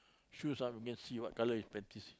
shoes ah remain see what colour his panties